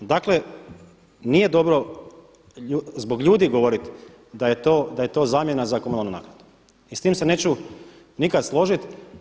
Dakle, nije dobro zbog ljudi govoriti da je to zamjena za komunalnu naknadu i s tim se neću nikada složiti.